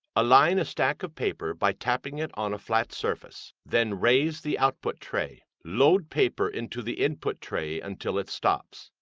align a stack of paper by tapping it on a flat surface. then raise the output tray. load paper into the input tray until it stops.